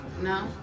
No